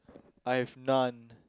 I've none